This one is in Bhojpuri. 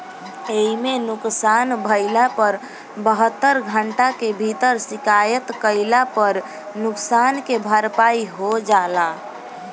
एइमे नुकसान भइला पर बहत्तर घंटा के भीतर शिकायत कईला पर नुकसान के भरपाई हो जाला